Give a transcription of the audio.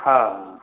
हा